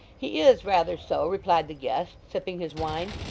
he is rather so replied the guest, sipping his wine.